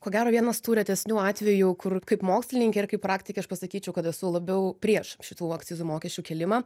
ko gero vienas tų retesnių atvejų kur kaip mokslininkė ir kaip praktikė aš pasakyčiau kad esu labiau prieš šitų akcizų mokesčių kėlimą